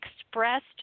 expressed